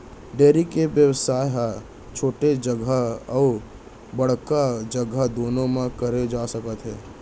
dairy के बेवसाय ह छोटे जघा अउ बड़का जघा दुनों म करे जा सकत हे